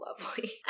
Lovely